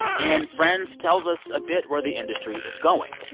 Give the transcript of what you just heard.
and friends tells us a bit where the industry is going.